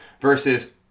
versus